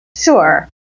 Sure